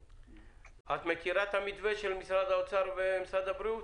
את מכירה את המתווה של משרד האוצר ומשרד הבריאות?